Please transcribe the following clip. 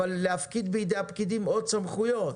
אבל להפקיד בידי הפקידים עוד סמכויות,